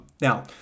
Now